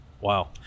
Wow